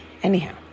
Anyhow